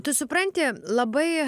tu supranti labai